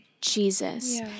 Jesus